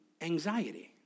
anxiety